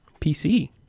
PC